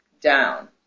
down